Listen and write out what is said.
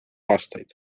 aastaid